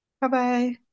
Bye-bye